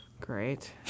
Great